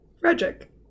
Frederick